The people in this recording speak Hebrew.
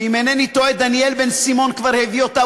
שאם אינני טועה דניאל בן-סימון כבר הביא אותה,